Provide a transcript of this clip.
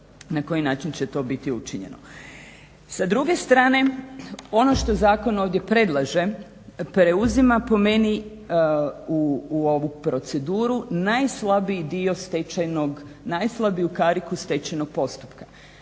na koji način će to biti učinjeno. Sa druge strane ono što zakon ovdje predlaže preuzima, po meni, u ovu proceduru najslabiji dio stečajnog, najslabiju kariku stečajnog postupka,